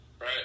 right